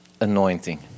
anointing